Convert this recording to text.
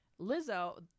Lizzo